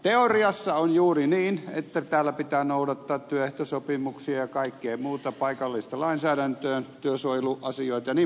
teoriassa on juuri niin että täällä pitää noudattaa työehtosopimuksia ja kaikkea muuta paikallista lainsäädäntöä työsuojeluasioita jnp